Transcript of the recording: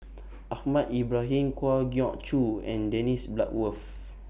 Ahmad Ibrahim Kwa Geok Choo and Dennis Bloodworth